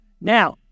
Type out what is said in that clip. Now